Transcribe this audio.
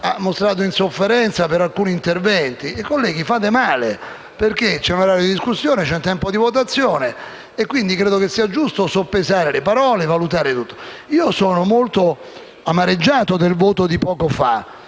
ha mostrato insofferenza per alcuni interventi; colleghi, fate male, perché c'è un tempo per la discussione e c'è un tempo di votazione, quindi credo sia giusto soppesare le parole e valutare tutto. Io sono molto amareggiato per il voto di poco fa,